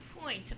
point